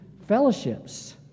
fellowships